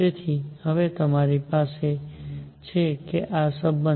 તેથી હવે તમારી પાસે છે કે આ સંબંધ